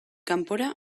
kanpora